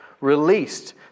released